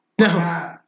no